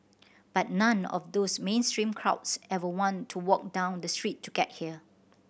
but none of those mainstream crowds ever want to walk down the street to get here